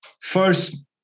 first